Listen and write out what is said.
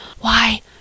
Why